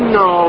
no